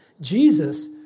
Jesus